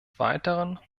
weiteren